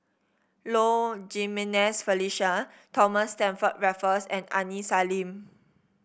Low Jimenez Felicia Thomas Stamford Raffles and Aini Salim